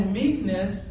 meekness